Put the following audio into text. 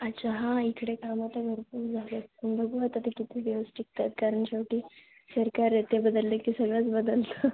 अच्छा हां इकडे काम आता भरपूर झाले आहेत बघू आता ते किती दिवस टिकत आहेत कारण शेवटी सरकार आहे ते बदललं की ते सगळंच बदलतं